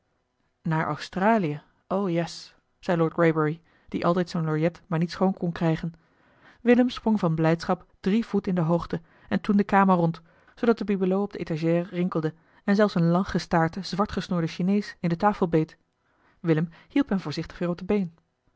naar australië o yes zei lord greybury die altijd zijn lorgnet maar niet schoon kon krijgen willem sprong van blijdschap drie voet in de hoogte en toen de kamer rond zoodat de bibelots op de étagères rinkelden en zelfs een langgestaarte zwartgesnorde chinees in de tafel beet willem hielp hem voorzichtig weer op de been